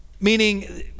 Meaning